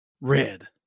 Red